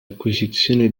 acquisizione